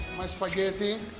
my spaghetti